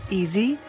easy